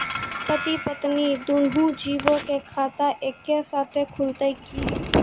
पति पत्नी दुनहु जीबो के खाता एक्के साथै खुलते की?